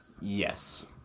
Yes